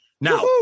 Now